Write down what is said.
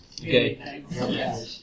Okay